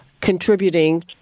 contributing